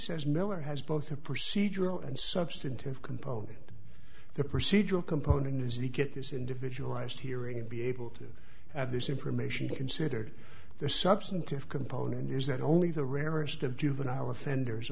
says miller has both a procedural and substantive component the procedural component is unique it is individualized hearing to be able to have this information considered the substantive component is that only the rarest of juvenile offenders